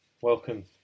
welcome